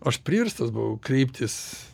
aš priverstas buvau kreiptis